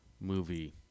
movie